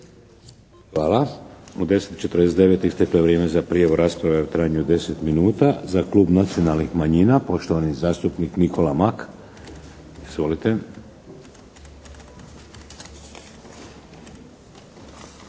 Hvala. U 10 i 49 isteklo je vrijeme za prijavu rasprave u trajanju od 10 minuta. Za Klub nacionalnih manjina poštovani zastupnik Nikola Mak. Izvolite.